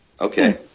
Okay